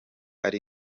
ari